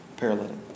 paralytic